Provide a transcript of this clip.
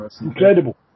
incredible